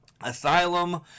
Asylum